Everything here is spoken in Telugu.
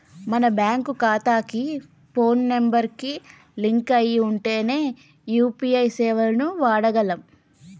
మన బ్యేంకు ఖాతాకి పోను నెంబర్ కి లింక్ అయ్యి ఉంటేనే యూ.పీ.ఐ సేవలను వాడగలం